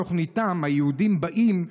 בתוכניתם "היהודים באים",